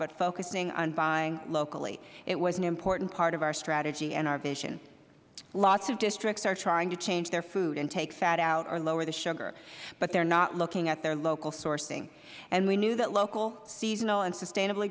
but focusing on buying locally it was an important part of our strategy and our vision lots of districts are trying to change their food and take fat out or lower the sugar but they are not looking at their local sourcing and we knew that local seasonal and sustainabl